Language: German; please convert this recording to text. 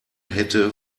hätte